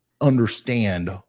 understand